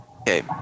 Okay